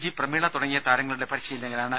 G Prameela തുടങ്ങിയ താരങ്ങളുടെ പരിശീലകനാണ്